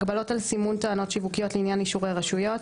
הגבלות על סימון טענות שיווקיות לעניין אישורי רשויות.